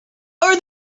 are